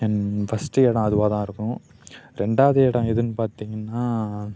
என் first இடம் அதுவாகதான் இருக்கும் ரெண்டாவது இடம் எதுன்னு பார்த்தீங்கன்னா